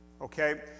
Okay